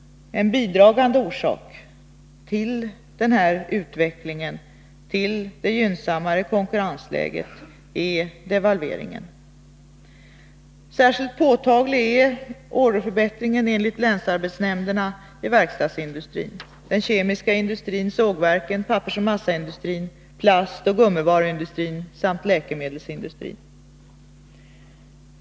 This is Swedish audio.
En bidragande orsak till den här utvecklingen, till det gynnsammare konkurrensläget, är devalveringen. Särskilt påtaglig är enligt länsarbetsnämnderna orderförbättringen inom verkstadsindustrin, den kemiska industrin, sågverken, pappersoch massaindustrin, plastoch gummivaruindustrin samt läkemedelsindustrin.